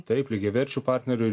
taip lygiaverčių partnerių ir